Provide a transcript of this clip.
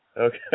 Okay